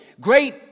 great